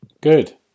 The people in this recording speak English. Good